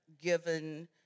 given